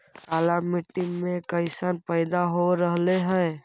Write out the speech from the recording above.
काला मिट्टी मे कैसन पैदा हो रहले है?